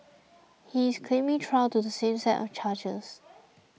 he is claiming trial to the same set of charges